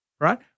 right